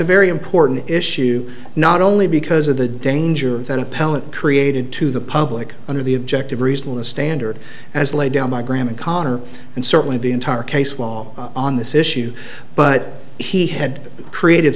a very important issue not only because of the danger that appellant created to the public under the objective reasonable standard as laid down by graham and connor and certainly the entire case law on this issue but he had created